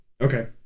Okay